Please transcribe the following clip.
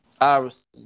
Iris